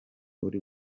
uri